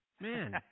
Man